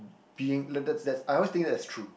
being like that that's I always think that's true